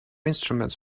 instruments